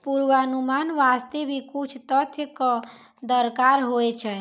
पुर्वानुमान वास्ते भी कुछ तथ्य कॅ दरकार होय छै